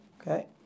Okay